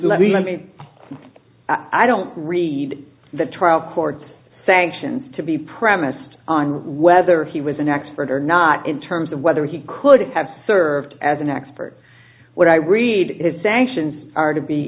let me me let i don't read the trial court sanctions to be premised on whether he was an expert or not in terms of whether he could have served as an expert what i read his sanctions are to be